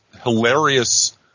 hilarious